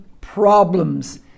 problems